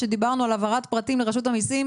שדיברנו על העברת פרטים לרשות המיסים